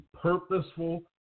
purposeful